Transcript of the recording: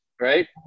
Right